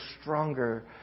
stronger